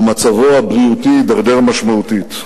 ומצבו הבריאותי הידרדר משמעותית.